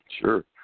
Sure